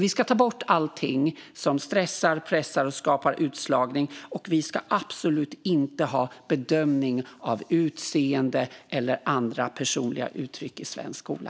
Vi ska ta bort allting som stressar, pressar och skapar utslagning. Och vi ska absolut inte ha bedömning av utseende eller andra personliga uttryck i svensk skola.